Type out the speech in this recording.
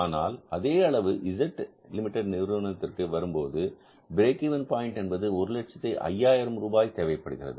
ஆனால் அதே அளவு Z லிமிடெட் நிறுவனத்திற்கு வரும்போது பிரேக் ஈவன் பாயின்ட் என்பது 105000 ரூபாய் தேவைப்படுகிறது